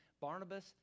Barnabas